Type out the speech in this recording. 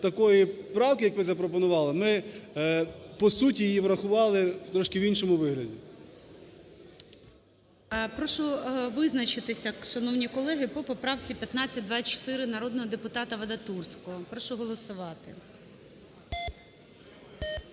такої правки, як ви запропонували, ми по суті її врахували трішки в іншому вигляді. ГОЛОВУЮЧИЙ. Прошу визначитися, шановні колеги, по поправці 1524 народного депутата Вадатурського. Прошу голосувати.